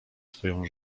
swoją